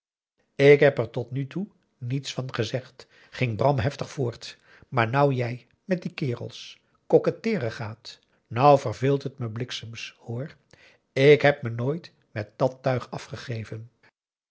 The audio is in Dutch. ik heb er tot nu toe niets van gezegd ging ram heftig voort maar nou jij met die kerels koketteeren gaat nou verveelt het me bliksems hoor ik heb me nooit met dat tuig afgegeven